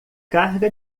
carga